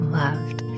loved